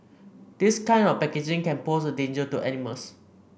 this kind of packaging can pose a danger to animals